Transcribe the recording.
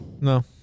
No